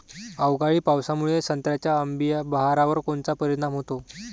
अवकाळी पावसामुळे संत्र्याच्या अंबीया बहारावर कोनचा परिणाम होतो?